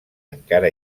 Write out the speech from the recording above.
encara